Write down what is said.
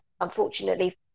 unfortunately